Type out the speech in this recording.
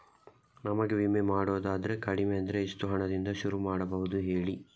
ನಮಗೆ ವಿಮೆ ಮಾಡೋದಾದ್ರೆ ಕಡಿಮೆ ಅಂದ್ರೆ ಎಷ್ಟು ಹಣದಿಂದ ಶುರು ಮಾಡಬಹುದು ಹೇಳಿ